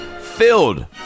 filled